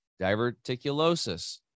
diverticulosis